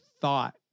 thought